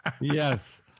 yes